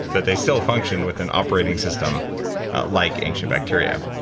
but they still function with an operating system like ancient bacteria.